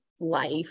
life